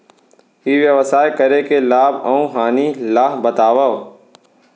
ई व्यवसाय करे के लाभ अऊ हानि ला बतावव?